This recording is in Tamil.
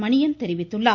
மணியன் தெரிவித்துள்ளார்